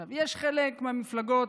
עכשיו, חלק מהמפלגות